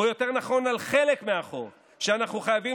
נכון יותר על חלק מהחוב שאנחנו חייבים